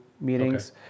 Meetings